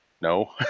no